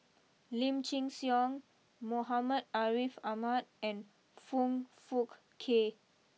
Lim Chin Siong Muhammad Ariff Ahmad and Foong Fook Kay